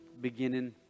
beginning